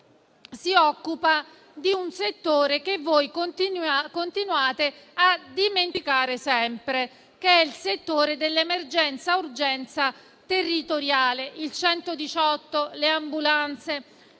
si occupa di un settore che voi continuate a dimenticare, quello dell'emergenza-urgenza territoriale (il 118 e le ambulanze).